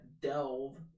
Delve